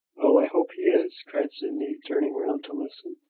oh, i hope he is! cried sydney, turning round to listen.